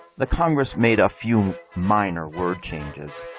the congress made a few, minor word changes,